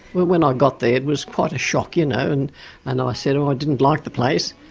when i got there it was quite a shock you know and and i said oh, i didn't like the place,